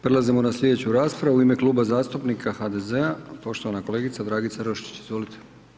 Prelazimo na slijedeću raspravu u ime Kluba zastupnika HDZ-a poštovana kolegica Dragica Roščić, izvolite.